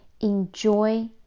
enjoy